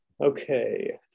Okay